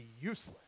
useless